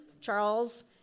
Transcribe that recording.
Charles